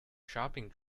shopping